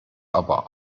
aber